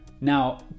Now